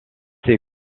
ses